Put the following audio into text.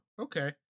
Okay